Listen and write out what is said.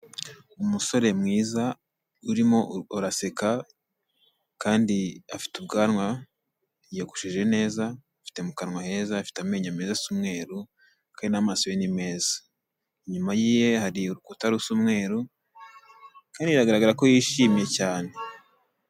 Umusore mwiza urimo uraseka kandi afite ubwanwa, yiyogosheje neza, afite mu kanwa heza, afite amenyo meza asa umweru kandi n'amaso ye ni meza. Inyuma ye hari urukuta rusa umweru kandi bigaragara ko yishimye cyane.